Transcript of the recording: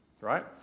Right